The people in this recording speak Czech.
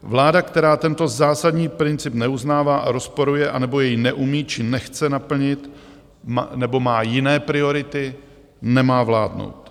Vláda, která tento zásadní princip neuznává a rozporuje, anebo jej neumí či nechce naplnit, nebo má jiné priority, nemá vládnout.